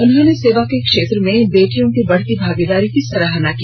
उन्होंने सेवा के क्षेत्र में बेटियों की बढ़ती भागीदारी की सराहना की